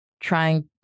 trying